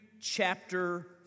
chapter